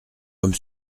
comme